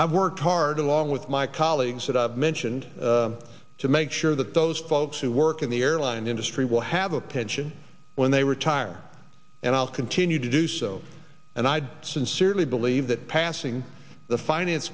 i worked hard along with my colleagues that i mentioned to make sure that those folks who work in the airline industry will have a pension when they retire and i'll continue to do so and i sincerely believe that passing the finance